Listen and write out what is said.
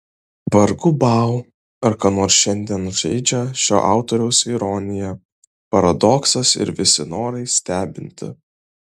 vargu bau ar ką nors šiandien žeidžia šio autoriaus ironija paradoksas ir visi norai stebinti